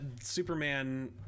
Superman